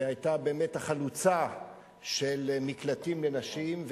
שהיתה החלוצה בתחום של מקלטים לנשים,